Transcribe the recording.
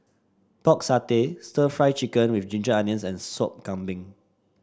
Pork Satay stir Fry Chicken with Ginger Onions and Sop Kambing